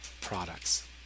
products